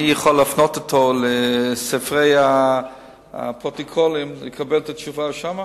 אני יכול להפנות אותו לספרי הפרוטוקולים לקבל את התשובה שם?